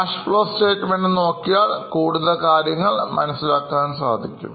Cash Flow Statement നോക്കിയാൽ കൂടുതൽ കാര്യങ്ങൾ മനസ്സിലാക്കാൻ പറ്റും